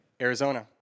Arizona